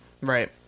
right